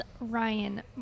Ryan